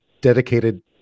dedicated